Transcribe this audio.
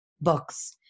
books